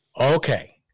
Okay